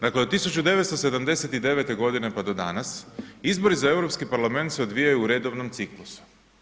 Dakle, od 1979. g. pa do danas, izbori za Europski parlament se odvijaju u redovnom ciklusu.